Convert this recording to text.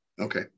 Okay